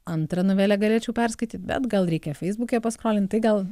antrą novelę galėčiau perskaityt bet gal reikia feisbuke paskrolint tai gal